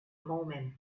moment